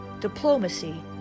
diplomacy